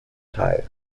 teil